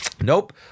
nope